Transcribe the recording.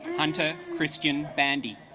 hunter christian vande